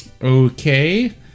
Okay